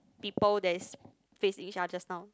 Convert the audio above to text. people that is facing each other just now